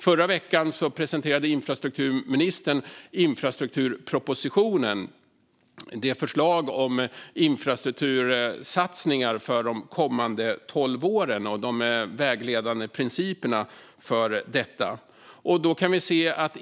Förra veckan presenterade infrastrukturministern infrastrukturpropositionen, som är ett förslag om infrastruktursatsningar för de kommande tolv åren och de vägledande principerna för detta arbete.